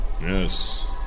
Yes